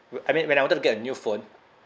wh~ I mean when I wanted to get a new phone